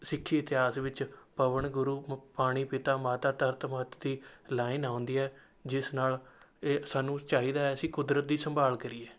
ਸਿੱਖ ਇਤਿਹਾਸ ਵਿੱਚ ਪਵਣੁ ਗੁਰੂ ਪਾਣੀ ਪਿਤਾ ਮਾਤਾ ਧਰਤਿ ਮਹਤੁ ਦੀ ਲਾਈਨ ਆਉਂਦੀ ਏ ਜਿਸ ਨਾਲ ਇਹ ਸਾਨੂੰ ਚਾਹੀਦਾ ਹੈ ਅਸੀਂ ਕੁਦਰਤ ਦੀ ਸੰਭਾਲ ਕਰੀਏ